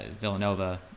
villanova